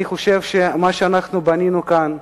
אני חושב שמה שאנחנו בנינו כאן,